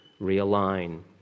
realign